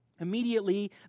Immediately